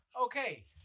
Okay